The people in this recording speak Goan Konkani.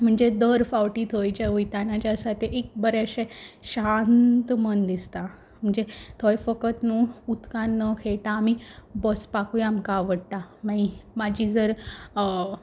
म्हणजे दर फावटी थंय जें वयताना जें आसा तें एक बरेशें शांत मन दिसता म्हन्जे थंय फकत न्हू उदकान न खेळटा आमी बसपाकूय आमकां आवडटा माई म्हाजी जर